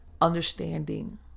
understanding